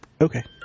Okay